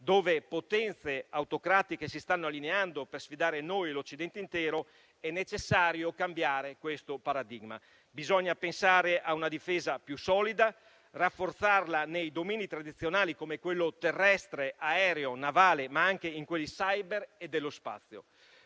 dove le potenze autocratiche si stanno allineando per sfidare noi e l'Occidente intero, è necessario cambiare questo paradigma. Bisogna pensare a una difesa più solida, rafforzarla nei domini tradizionali, come quello terrestre, aereo e navale, ma anche nei domini *cyber* e spaziale.